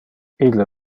ille